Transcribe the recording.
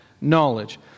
knowledge